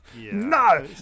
No